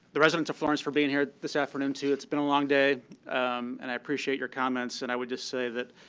the residents of florence for being here this afternoon, too. it's been a long day and i appreciate your comments. and i would just say that